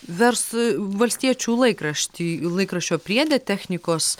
vers valstiečių laikraštį laikraščio priede technikos